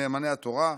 נאמני התורה,